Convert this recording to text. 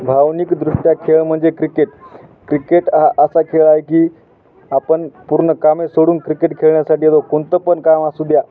भावनिकदृष्ट्या खेळ म्हणजे क्रिकेट क्रिकेट हा असा खेळ आहे की आपण पूर्ण कामे सोडून क्रिकेट खेळण्यासाठी जाऊ कोणतं पण काम असू द्या